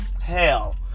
Hell